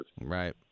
Right